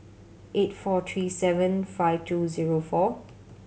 eight four three seven five two zero four